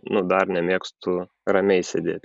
nu dar nemėgstu ramiai sėdėti